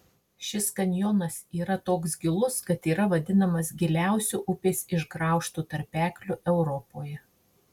šis kanjonas yra toks gilus kad yra vadinamas giliausiu upės išgraužtu tarpekliu europoje